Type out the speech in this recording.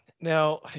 now